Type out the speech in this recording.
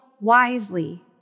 wisely